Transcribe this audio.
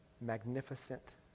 magnificent